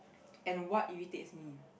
and what irritates me